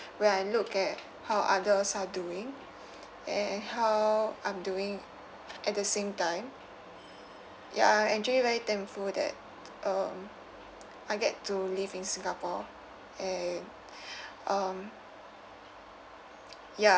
when I look at how others are doing and how I'm doing at the same time ya I actually very thankful that um I get to live in singapore and um ya